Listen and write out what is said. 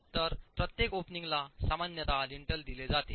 तर प्रत्येक ओपनिंगला सामान्यतः लिंटेल दिले जाते